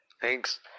Thanks